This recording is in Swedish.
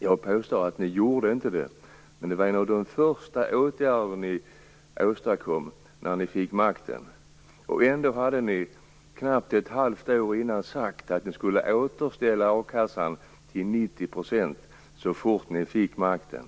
Jag påstår att ni inte gjorde det. Men det var en av de första åtgärder ni vidtog när ni fick makten. Ändå hade ni knappt ett halvt år innan sagt att ni skulle återställa a-kassan till 90 % så fort ni fick makten.